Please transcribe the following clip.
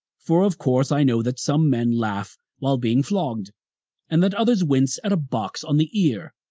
for of course i know that some men laugh while being flogged and that others wince at a box on the ear.